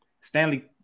Stanley